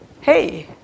hey